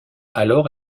alors